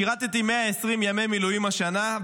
שירתי 120 ימי מילואים השנה,